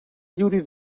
lliuri